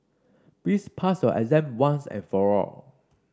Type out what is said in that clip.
please pass your exam once and for all